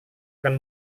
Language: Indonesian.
akan